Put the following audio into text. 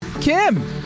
Kim